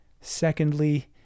Secondly